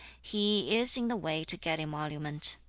he is in the way to get emolument